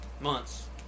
months